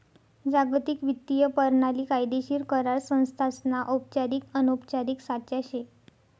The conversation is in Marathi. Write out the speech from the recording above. जागतिक वित्तीय परणाली कायदेशीर करार संस्थासना औपचारिक अनौपचारिक साचा शे